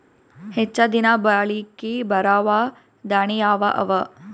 ಹೆಚ್ಚ ದಿನಾ ಬಾಳಿಕೆ ಬರಾವ ದಾಣಿಯಾವ ಅವಾ?